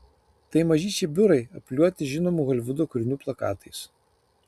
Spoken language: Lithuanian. tai mažyčiai biurai apklijuoti žinomų holivudo kūrinių plakatais